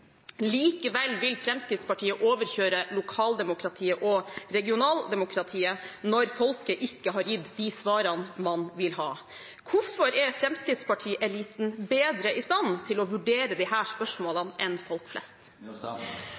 Likevel vil Fremskrittspartiet overkjøre lokaldemokratiet og regionaldemokratiet når folket ikke har gitt de svarene man vil ha. Hvorfor er Fremskrittsparti-eliten bedre i stand til å vurdere disse spørsmålene enn folk flest?